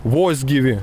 vos gyvi